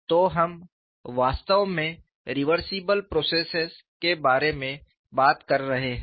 तो हम वास्तव में रिवर्सिबल प्रोसेसेस के बारे में बात कर रहे हैं